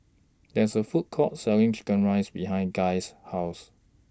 There's A Food Court Selling Chicken Rice behind Guy's House